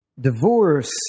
Divorce